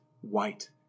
white